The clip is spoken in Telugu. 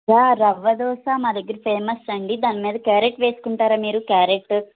యా రవ దోశ మా దగ్గర ఫేమస్ అండి దాని మీద క్యారెట్ వేసుకుంటారా మీరు క్యారెట్